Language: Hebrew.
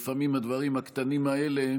לפעמים הדברים הקטנים האלה